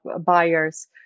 buyers